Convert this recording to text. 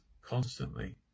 constantly